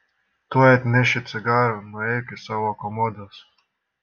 tuoj atnešiu cigarų nuėjo iki savo komodos